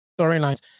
storylines